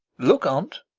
look on t,